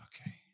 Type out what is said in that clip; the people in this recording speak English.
okay